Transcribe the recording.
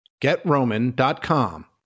GetRoman.com